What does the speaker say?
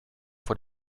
vor